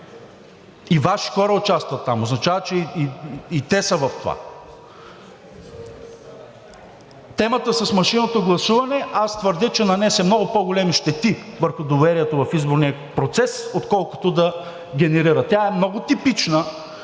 И Ваши хора участват там – означава, че и те са в това. Темата с машинното гласуване аз твърдя, че нанесе много по големи щети върху доверието в изборния процес, отколкото да генерира. Тя е много типична